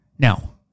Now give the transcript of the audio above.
Now